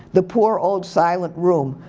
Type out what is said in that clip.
the poor old silent room.